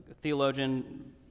theologian